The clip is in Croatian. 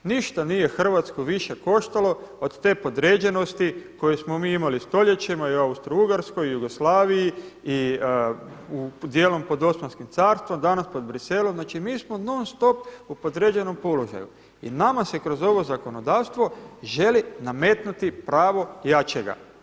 Ništa nije više Hrvatsku više koštalo od te podređenosti koje smo mi imali stoljećima i u Austrougarskoj, Jugoslaviji i dijelom pod Osmanskim carstvom, danas pod Bruxellesom, znači mi smo non stop u podređenom položaju i nama se kroz ovo zakonodavstvo želi nametnuti pravo jačega.